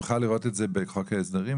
נוכל לראות את זה בחוק ההסדרים,